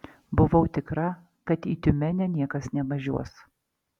buvau tikra kad į tiumenę niekas nevažiuos